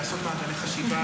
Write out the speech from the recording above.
לעשות מעגלי חשיבה,